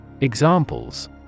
Examples